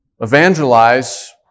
evangelize